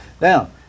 Now